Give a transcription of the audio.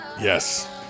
Yes